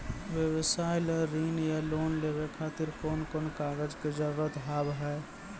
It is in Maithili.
व्यवसाय ला ऋण या लोन लेवे खातिर कौन कौन कागज के जरूरत हाव हाय?